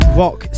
rock